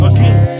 Again